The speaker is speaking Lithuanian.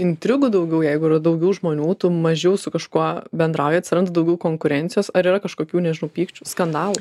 intrigų daugiau jeigu yra daugiau žmonių tu mažiau su kažkuo bendrauji atsiranda daugiau konkurencijos ar yra kažkokių nežinau pykčių skandalų